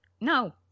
no